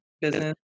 business